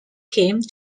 came